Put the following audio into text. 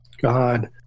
God